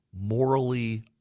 morally